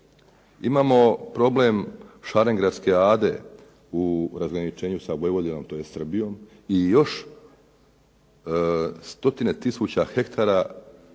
Imamo problem Šaringradske ade u razgraničenju sa Vojvodinom tj. Srbijom. I još stotine tisuća hektara oranica